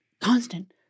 constant